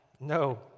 No